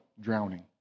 drowning